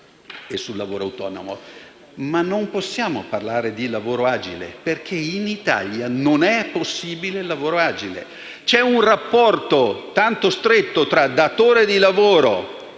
non possiamo parlare di lavoro agile, perché esso non è possibile. C'è un rapporto tanto stretto tra datore di lavoro